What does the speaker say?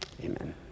Amen